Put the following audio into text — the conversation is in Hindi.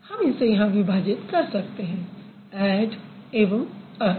हम इसे यहाँ विभाजित कर सकते हैं ऐड एवं अर